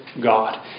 God